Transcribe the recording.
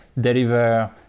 deliver